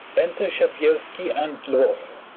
enter shabelski and lvoff.